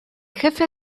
jefe